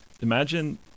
Imagine